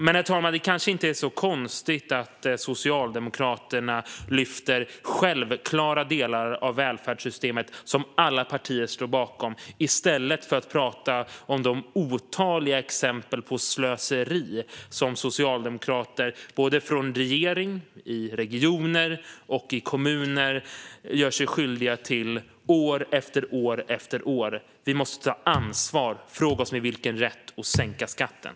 Men, herr talman, det kanske inte är så konstigt att Socialdemokraterna lyfter självklara delar av välfärdssystemet, som alla partier står bakom, i stället för att tala om de otaliga exempel på slöseri som socialdemokrater både från regering, i regioner och i kommuner gör sig skyldiga till år efter år. Vi måste ta ansvar, fråga oss med vilken rätt och sänka skatten.